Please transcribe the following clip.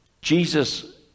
Jesus